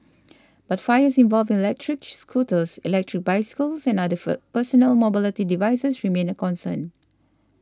but fires involving electric scooters electric bicycles and other personal mobility devices remain a concern